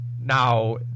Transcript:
Now